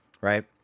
right